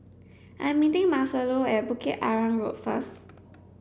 I'm meeting Marcelo at Bukit Arang Road first